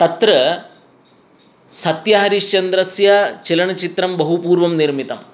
तत्र सत्यहरिश्चन्द्रस्य चलनचित्रं बहुपूर्वं निर्मितम्